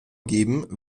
geben